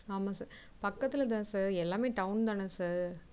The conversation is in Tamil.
ஆமாம் சார் பக்கத்தில் தான் சார் எல்லாமே டவுன் தானே சார்